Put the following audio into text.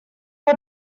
fod